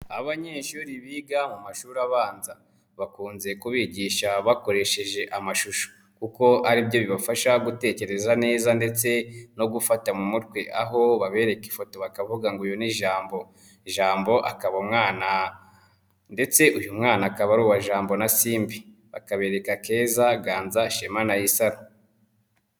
Abanyeshuri biga mu mashuri abanza bakunze kubigisha bakoresheje amashusho kuko aribyo bibafasha gutekereza neza ndetse no gufata mu mutwe, aho babereka ifoto bakavuga ngo uyu ni Jambo, Jambo akaba umwana ndetse uyu mwana akaba ari uwa Jambo na Simbi, bakabereka Keza, Ganza, Shema na Isaro.